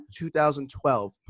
2012